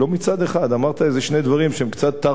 אמרת איזה שני דברים שהם קצת תרתי דסתרי,